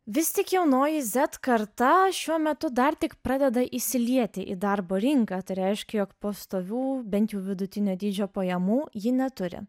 vis tik jaunoji zet karta šiuo metu dar tik pradeda įsilieti į darbo rinką tai reiškia jog pastovių bent jau vidutinio dydžio pajamų ji neturi